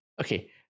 okay